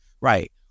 right